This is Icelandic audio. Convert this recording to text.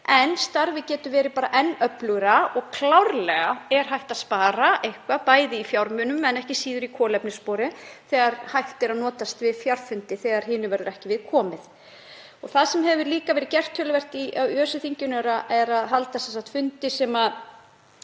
en starfið getur verið enn öflugra og klárlega er hægt að spara eitthvað, bæði í fjármunum en ekki síður í kolefnisspori, þegar hægt er að notast við fjarfundi þegar hinu verður ekki við komið. Það hefur líka verið töluvert gert af því í ÖSE-þinginu að halda fundi sem